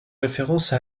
référence